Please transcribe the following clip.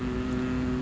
mm